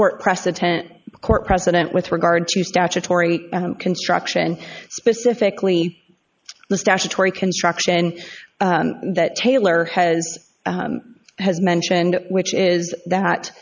attent court president with regard to statutory construction specifically the statutory construction that taylor has has mentioned which is that